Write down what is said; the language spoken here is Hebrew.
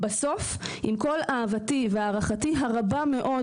בסוף עם כל אהבתי והערכתי הרבה מאוד,